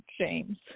James